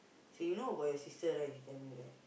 say you know about your sister right